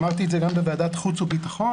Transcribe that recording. אמרתי את זה גם בוועדת חוץ וביטחון,